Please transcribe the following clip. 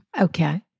Okay